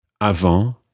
Avant